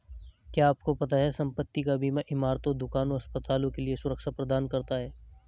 क्या आपको पता है संपत्ति का बीमा इमारतों, दुकानों, अस्पतालों के लिए सुरक्षा प्रदान करता है?